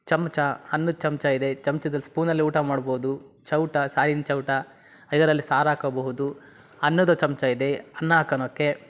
ಚಮಚ ಅನ್ನದ ಚಮಚ ಇದೆ ಚಮ್ಚದಲ್ಲಿ ಸ್ಪೂನಲ್ಲಿ ಊಟ ಮಾಡ್ಬೌದು ಚೌಟ ಸಾರಿನ್ ಚೌಟ ಇದರಲ್ಲಿ ಸಾರು ಹಾಕಬಹುದು ಅನ್ನದ ಚಮಚ ಇದೆ ಅನ್ನ ಹಾಕ್ಕಳಕ್ಕೆ